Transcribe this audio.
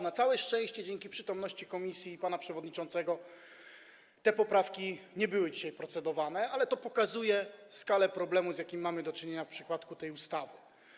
Na całe szczęście dzięki przytomności komisji i pana przewodniczącego nad tymi poprawkami dzisiaj nie procedowano, ale to pokazuje skalę problemu, z jakim mamy do czynienia w przypadku tej ustawy.